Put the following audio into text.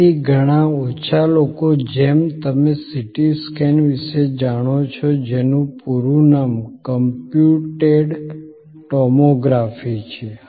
તેથી ઘણા ઓછા લોકો જેમ તમે CT સ્કેન વિશે જાણો છો જેનું પૂરું નામ કમ્પ્યુટેડ ટોમોગ્રાફી છે